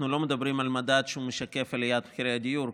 לא מדברים על מדד שמשקף את עליית מחירי הדיור,